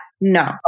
No